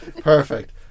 Perfect